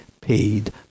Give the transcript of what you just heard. paid